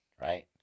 right